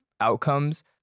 outcomes